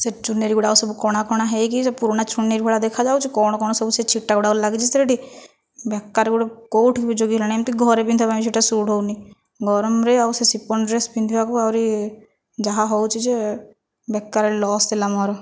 ସେ ଚୁନରୀଗୁଡ଼ିକ ସବୁ କଣା କଣା ହୋଇକି ସେ ପୁରୁଣା ଚୂନରୀ ଭଳି ଦେଖାଯାଉଛି କ'ଣ କ'ଣ ସବୁ ସେ ଛିଟାଗୁଡ଼ିକ ଲାଗିଛି ସେଠି ବେକାରରେ ଗୋଟିଏ କେଉଁଠିକି ବି ଜଗି ହେଲାନାହିଁ ଏମିତି କି ଘରେ ପିନ୍ଧିବା ପାଇଁ ବି ସେଇଟା ସୁଟ୍ ହେଉନାହିଁ ଗରମରେ ଆଉ ସେ ଶିଫନ୍ ଡ୍ରେସ୍ ପିନ୍ଧିବାକୁ ଆହୁରି ଯାହା ହେଉଛି ଯେ ବେକାରରେ ଲସ୍ ହେଲା ମୋର